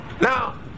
Now